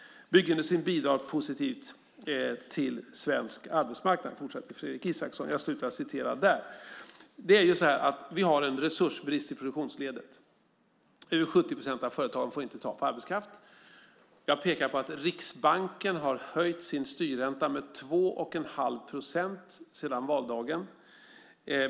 Byggindustrin bidrar till den positiva utvecklingen på svensk arbetsmarknad, fortsätter Fredrik Isaksson." Det är ju så att vi har en resursbrist i produktionsledet. Över 70 procent av företagen får inte tag på arbetskraft. Jag pekar på att Riksbanken har höjt sin styrränta med 2 1⁄2 procent sedan valdagen.